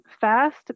fast